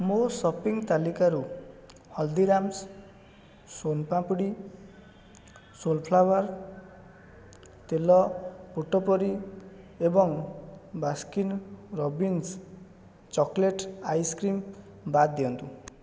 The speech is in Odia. ମୋ ସପିଂ ତାଲିକାରୁ ହଳଦୀରାମ୍ସ୍ ସୋନ୍ ପାମ୍ପୁଡ଼ି ସନଫ୍ଲାୱାର୍ ତେଲ ପୋଟପୋରି ଏବଂ ବାସ୍କିନ୍ ରବିନ୍ସ ଚକୋଲେଟ୍ ଆଇସ୍କ୍ରିମ୍ ବାଦ୍ ଦିଅନ୍ତୁ